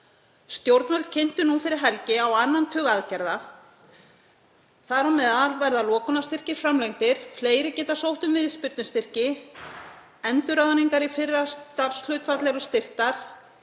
Stjórnvöld kynntu fyrir helgi á annan tug aðgerða, þar á meðal verða lokunarstyrkir framlengdir, fleiri geta sótt um viðspyrnustyrki, endurráðningar í fyrra starfshlutfall eru styrktar,